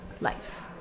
life